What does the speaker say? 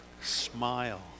Smile